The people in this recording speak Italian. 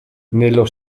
nello